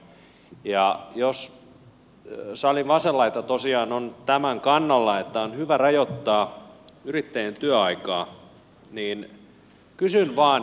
ja jos salin vasen laita tosiaan on sen kannalla että on hyvä rajoittaa yrittäjien työaikaa niin kysyn vain